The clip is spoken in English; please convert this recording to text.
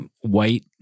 white